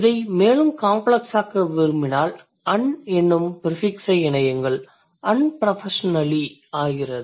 இதை மேலும் காம்ப்ளக்ஸாக்க விரும்பினால் un என்னும் ப்ரிஃபிக்ஸ் ஐ இணையுங்கள் unprofessionally ஆகிறது